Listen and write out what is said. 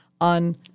on